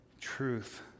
truth